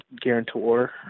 guarantor